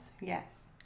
yes